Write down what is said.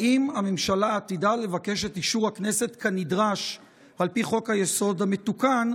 האם הממשלה עתידה לבקש את אישור הכנסת כנדרש על פי חוק-היסוד המתוקן,